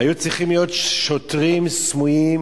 היו צריכים להיות שוטרים סמויים,